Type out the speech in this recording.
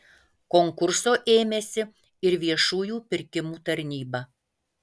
konkurso ėmėsi ir viešųjų pirkimų tarnyba